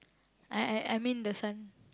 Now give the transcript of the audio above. I I I mean the son